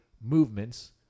movements